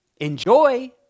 enjoy